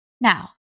Now